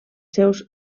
seus